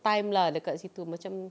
time lah dekat situ macam